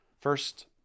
First